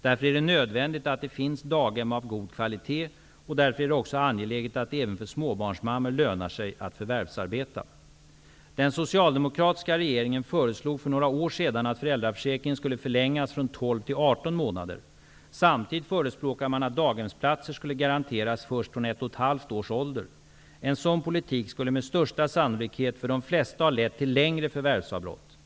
Därför är det nödvändigt att det finns daghem av god kvalitet. Och därför är det också angeläget att det även för småbarnsmammor lönar sig att förvärvsarbeta. Den socialdemokratiska regeringen föreslog för några år sedan att föräldraförsäkringen skulle förlängas från 12 till 18 månader. Samtidigt förespråkade man att daghemsplatser skulle garanteras först från ett och ett halvt års ålder. En sådan politik skulle med största sannolikhet för de flesta ha lett till längre förvärvsavbrott.